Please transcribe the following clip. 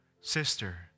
sister